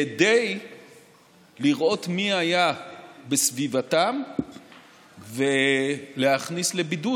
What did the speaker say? כדי לראות מי היה בסביבתם ולהכניס לבידוד